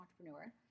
entrepreneur